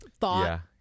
thought